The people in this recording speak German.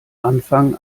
anfang